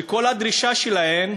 שכל הדרישה שלהן,